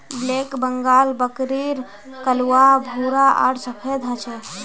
black Bengal बकरीर कलवा भूरा आर सफेद ह छे